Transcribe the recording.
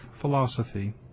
philosophy